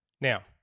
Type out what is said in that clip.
Now